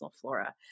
flora